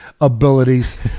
abilities